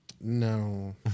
No